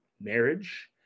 marriage